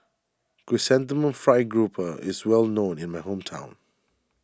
Chrysanthemum Fried Grouper is well known in my hometown